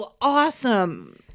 Awesome